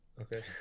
okay